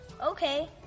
Okay